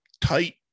tight